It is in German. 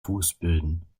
fußböden